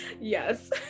yes